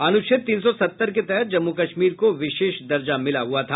अनुच्छेद तीन सौ सत्तर के तहत जम्मू कश्मीर को विशेष दर्जा मिला हुआ था